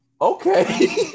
Okay